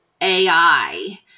AI